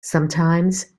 sometimes